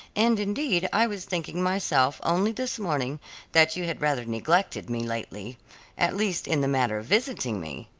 and indeed i was thinking myself only this morning that you had rather neglected me lately at least in the matter of visiting me.